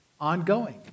ongoing